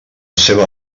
seva